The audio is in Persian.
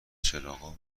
چراغا